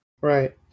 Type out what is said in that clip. Right